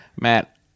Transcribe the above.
Matt